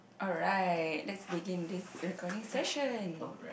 alright let's begin this recording session